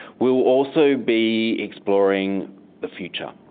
we will also be exploring the future,